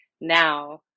Now